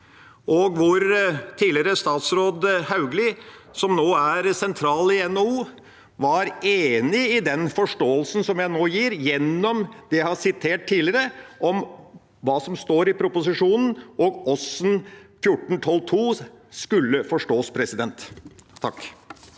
Tidligere statsråd Hauglie, som nå er sentral i NHO, var enig i den forståelsen som jeg nå gir, gjennom det jeg har sitert tidligere, om hva som står i proposisjonen, og hvordan § 14-12 andre ledd skulle forstås. Anna